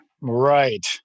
right